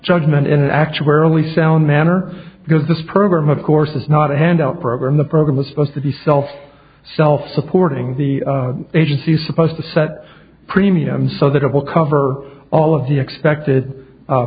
judgment in an actuarially sound manner because this program of course is not a handout program the program is supposed to be self self supporting the agency is supposed to set premiums so that it will cover all of the expected